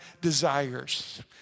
desires